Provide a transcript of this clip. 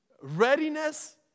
readiness